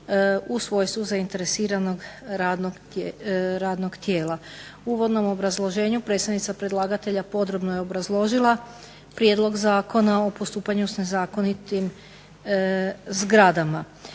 u svojstvu zainteresiranog radnog tijela. U uvodnom obrazloženju predstavnica predlagatelja podrobno je obrazložila Prijedlog zakona o postupanju sa nezakonitim zgradama.